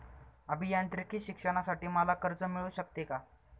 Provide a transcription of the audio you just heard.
अभियांत्रिकी शिक्षणासाठी मला कर्ज मिळू शकते का?